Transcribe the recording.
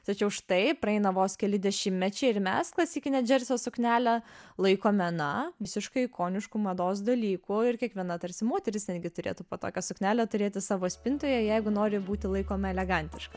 tačiau štai praeina vos keli dešimtmečiai ir mes klasikinę džersio suknelę laikome na visiškai ikonišku mados dalyku ir kiekviena tarsi moteris irgi turėtų po tokią suknelę turėti savo spintoje jeigu nori būti laikoma elegantiška